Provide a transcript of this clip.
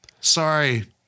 sorry